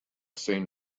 seen